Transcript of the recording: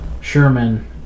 sherman